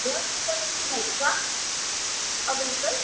wifi कनेक्सनहरू छ available